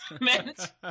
meant